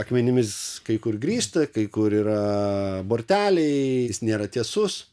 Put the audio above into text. akmenimis kai kur grįsta kai kur yra borteliai jis nėra tiesus